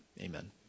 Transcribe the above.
amen